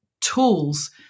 tools